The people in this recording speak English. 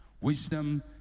Wisdom